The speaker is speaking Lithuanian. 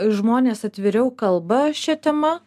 žmonės atviriau kalba šia tema